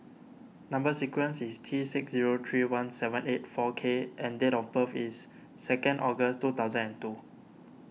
Number Sequence is T six zero three one seven eight four K and date of birth is second August two thousand and two